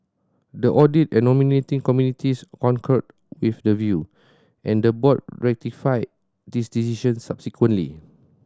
the audit and nominating committees concurred with the view and the board ratified this decision subsequently